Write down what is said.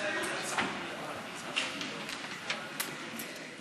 מוזמן לעלות לדוכן על מנת להציג בפנינו את הצעת האי-אמון בממשלה,